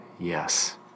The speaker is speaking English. Yes